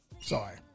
sorry